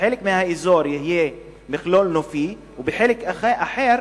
שחלק מן האזור יהיה מכלול נופי ובחלק אחר